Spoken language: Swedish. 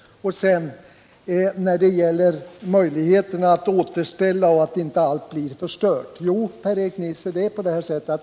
Per-Erik Nisser sade att det finns möjligheter att återställa naturen och att inte allt blir förstört. Jo, Per-Erik Nisser,